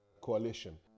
coalition